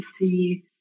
see